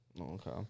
Okay